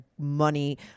money